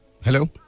Hello